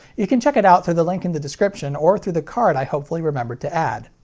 you can check it out through the link in the description or through the card i hopefully remembered to add.